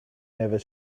never